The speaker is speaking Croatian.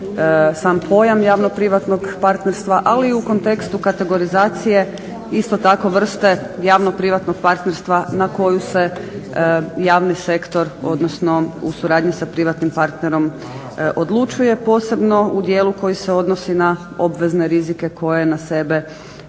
sam pojam javno-privatnog partnerstva. Ali i u kontekstu kategorizacije isto tako vrste javno-privatnog partnerstva na koju se javni sektor, odnosno u suradnji sa privatnim partnerom odlučuje posebno u dijelu koji se odnosi na obvezne rizike koje na sebe